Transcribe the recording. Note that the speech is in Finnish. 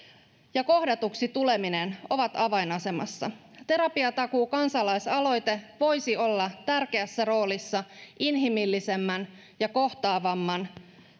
ja kohdatuksi tuleminen ovat avainasemassa terapiatakuu kansalaisaloite voisi olla tärkeässä roolissa inhimillisemmän ja kohtaavamman